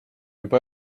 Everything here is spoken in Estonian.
juba